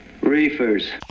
reefers